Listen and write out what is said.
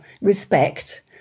respect